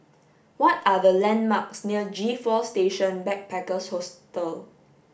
what are the landmarks near G four Station Backpackers Hostel